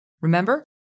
Remember